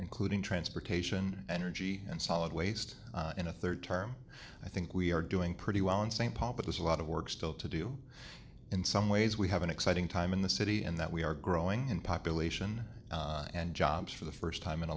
including transportation energy and solid waste in a third term i think we are doing pretty well in st paul but there's a lot of work still to do in some ways we have an exciting time in the city and that we are growing in population and jobs for the first time in a